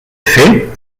fet